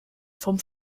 vom